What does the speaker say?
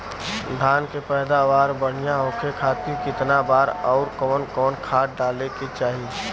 धान के पैदावार बढ़िया होखे खाती कितना बार अउर कवन कवन खाद डाले के चाही?